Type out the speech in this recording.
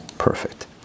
Perfect